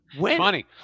Funny